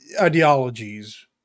ideologies